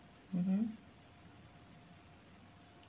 mmhmm